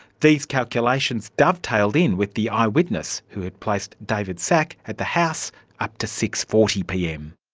these calculations dovetailed in with the eyewitness who had placed david szach at the house up to six. forty pm.